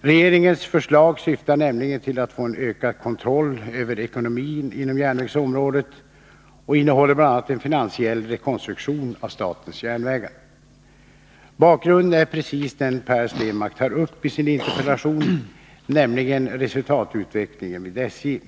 Regeringens förslag syftar nämligen till att få en ökad kontroll över ekonomin inom järnvägsområdet och innehåller bl.a. en finansiell rekonstruktion av statens järnvägar. Bakgrunden är precis den Per Stenmarck tar upp i sin interpellation, nämligen resultatutvecklingen vid SJ.